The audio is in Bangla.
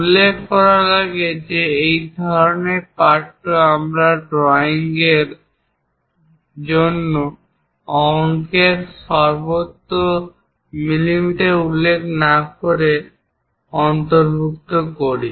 উল্লেখ করা লাগে এই ধরনের পাঠ্য আমরা সাধারণত ড্রয়িংএর জন্য অংকের সর্বত্র মিমি উল্লেখ না করে অন্তর্ভুক্ত করি